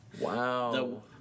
Wow